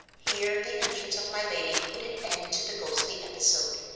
here the entrance of my lady put an end to the ghostly episode,